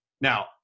Now